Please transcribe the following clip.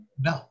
no